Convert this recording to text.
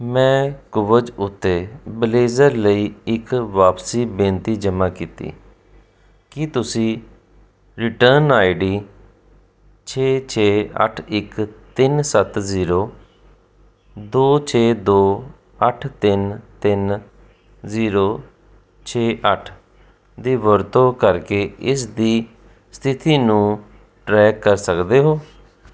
ਮੈਂ ਕੂਵਜ਼ ਉੱਤੇ ਬਲੇਜ਼ਰ ਲਈ ਇੱਕ ਵਾਪਸੀ ਬੇਨਤੀ ਜਮ੍ਹਾਂ ਕੀਤੀ ਕੀ ਤੁਸੀਂ ਰਿਟਰਨ ਆਈਡੀ ਛੇ ਛੇ ਅੱਠ ਇੱਕ ਤਿੰਨ ਸੱਤ ਜ਼ੀਰੋ ਦੋ ਛੇ ਦੋ ਅੱਠ ਤਿੰਨ ਤਿੰਨ ਜ਼ੀਰੋ ਛੇ ਅੱਠ ਦੀ ਵਰਤੋਂ ਕਰਕੇ ਇਸ ਦੀ ਸਥਿਤੀ ਨੂੰ ਟਰੈਕ ਕਰ ਸਕਦੇ ਹੋ